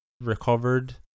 recovered